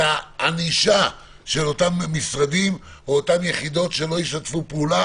הענישה על אותם משרדים ויחידות שלא ישתפו פעולה.